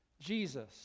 Jesus